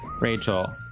Rachel